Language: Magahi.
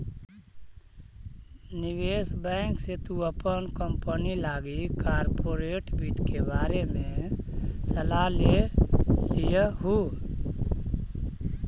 निवेश बैंक से तु अपन कंपनी लागी कॉर्पोरेट वित्त के बारे में सलाह ले लियहू